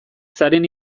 zaren